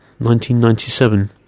1997